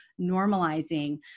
normalizing